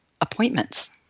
appointments